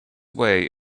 way